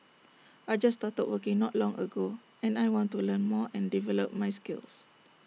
I just started working not long ago and I want to learn more and develop my skills